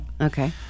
Okay